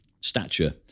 stature